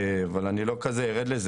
אבל לא נרד לזה.